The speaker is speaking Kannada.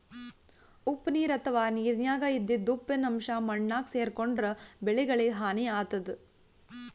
ಉಪ್ಪ್ ನೀರ್ ಅಥವಾ ನೀರಿನ್ಯಾಗ ಇದ್ದಿದ್ ಉಪ್ಪಿನ್ ಅಂಶಾ ಮಣ್ಣಾಗ್ ಸೇರ್ಕೊಂಡ್ರ್ ಬೆಳಿಗಳಿಗ್ ಹಾನಿ ಆತದ್